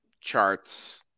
charts